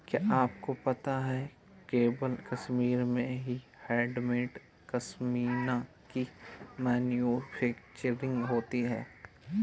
क्या आपको पता है केवल कश्मीर में ही हैंडमेड पश्मीना की मैन्युफैक्चरिंग होती है